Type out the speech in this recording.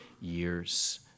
years